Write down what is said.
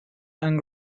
and